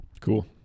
Cool